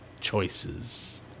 choices